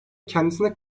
kendisine